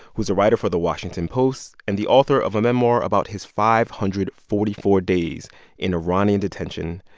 who is a writer for the washington post and the author of a memoir about his five hundred and forty four days in iranian detention.